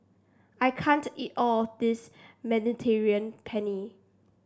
I can't eat all of this Mediterranean Penne